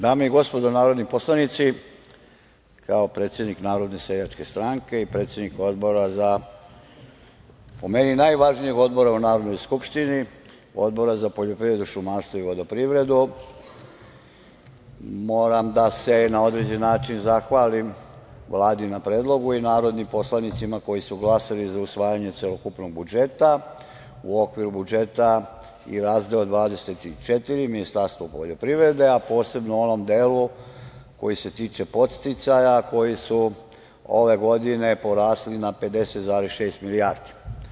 Dame i gospodo narodni poslanici, kao predsednik Narodne seljačke stranke i predsednik odbora, po meni najvažnijeg odbora u Narodnoj skupštini, Odbora za poljoprivredu, šumarstvo i vodoprivredu, moram da se na određen način zahvalim Vladi na predlogu i narodnim poslanicima koji su glasali za usvajanje celokupnog budžeta u okviru budžeta i razdeo 24 Ministarstvo poljoprivrede, a posebno u onom delu koji se tiče podsticaja koji su ove godine porasli na 50,6 milijardi.